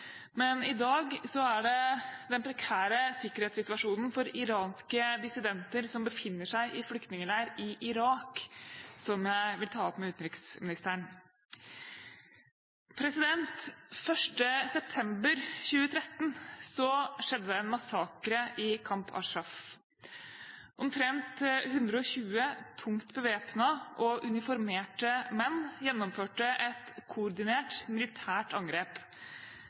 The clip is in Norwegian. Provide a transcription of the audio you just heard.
i feil retning. I dag er det den prekære sikkerhetssituasjonen for iranske dissidenter som befinner seg i flyktningleir i Irak, jeg vil ta opp med utenriksministeren. 1. september 2013 skjedde det en massakre i Camp Ashraf. Omtrent 120 tungt bevæpnede og uniformerte menn gjennomførte et koordinert militært angrep.